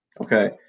Okay